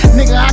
Nigga